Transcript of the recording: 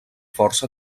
força